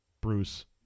Bruce